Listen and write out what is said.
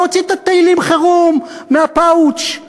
ולהוציא את התהילים-חירום מהפאוץ'.